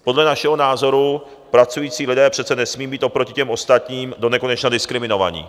Podle našeho názoru pracující lidé přece nesmí být oproti těm ostatním donekonečna diskriminovaní.